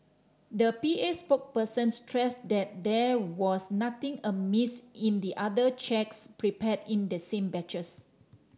the P A spokesperson stressed that there was nothing amiss in the other cheques prepared in the same batches